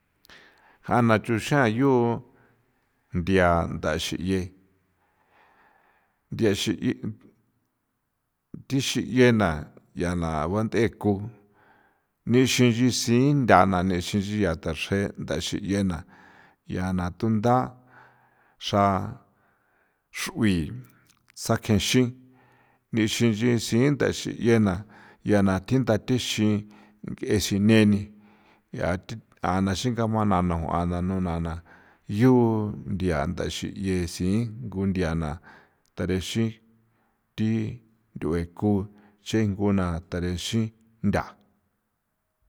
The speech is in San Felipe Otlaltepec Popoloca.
Ja na chuxran yu nthia ndaxi'ie nthia xi' thixi 'iena ya na bant'e ko nixi nchi xintha na nexi nchia thaxre nda xi'iena ya na tunda xra xrui sakjexin nixin nchi sintha xi'iena ya na thitha thexin ng'e sineni ya thi t'ana xingama nano a na nu a na yuu nthia ntaxi 'iesi ngu nthia na tharexi thi nth'ue ku chenguna tharexi ntha.